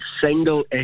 single